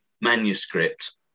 manuscript